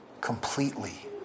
Completely